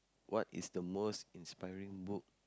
what is the most inspiring book